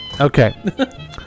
Okay